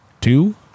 Two